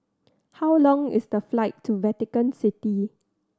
how long is the flight to Vatican City